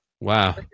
wow